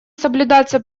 соблюдаться